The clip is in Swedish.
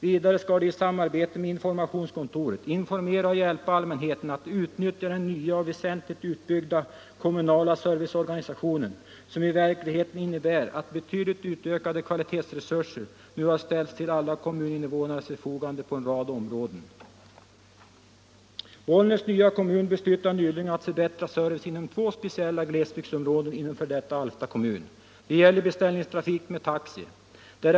Vidare skall de i samarbete med informationskontoret informera och hjälpa allmänheten att utnyttja den nya och väsentligt utbyggda kommunala serviceorganisationen, som i verkligheten innebär att betydligt utökade kvalitetsresurser nu har ställts till alla kommuninnevånares förfogande på en rad områden. Bollnäs nya kommun beslutade nyligen att förbättra servicen inom två speciella glesbygdsområden inom f. d. Alfta kommun. Det gäller beställningstrafik med taxi.